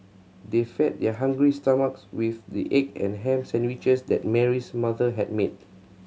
they fed their hungry stomachs with the egg and ham sandwiches that Mary's mother had made